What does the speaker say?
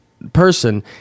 person